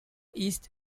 east